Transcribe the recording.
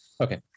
Okay